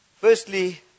Firstly